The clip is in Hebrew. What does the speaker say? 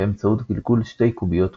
באמצעות גלגול שתי קוביות ק10.